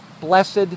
blessed